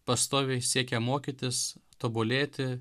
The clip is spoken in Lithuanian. pastoviai siekia mokytis tobulėti